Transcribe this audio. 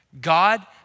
God